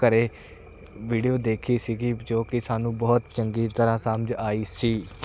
ਘਰ ਵੀਡੀਓ ਦੇਖੀ ਸੀਗੀ ਜੋ ਕਿ ਸਾਨੂੰ ਬਹੁਤ ਚੰਗੀ ਤਰ੍ਹਾਂ ਸਮਝ ਆਈ ਸੀ